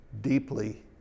deeply